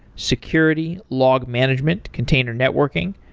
security, log management, container networking,